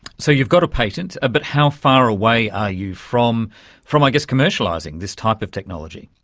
so you've got a patent, but how far away are you from from i guess commercialising this type of technology?